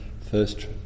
first